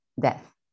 death